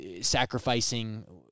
sacrificing